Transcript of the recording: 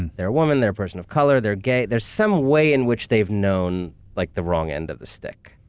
and they're a woman, they're a person of color, they're gay. there's some way in which they've known like the wrong end of the stick,